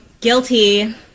Guilty